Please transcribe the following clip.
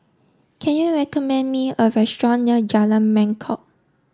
can you recommend me a restaurant near Jalan Mangkok